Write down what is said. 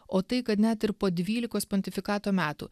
o tai kad net ir po dvylikos pontifikato metų